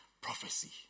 prophecy